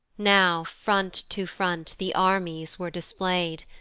now front to front the armies were display'd,